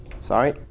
Sorry